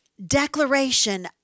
declaration